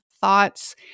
thoughts